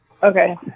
Okay